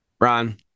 Ron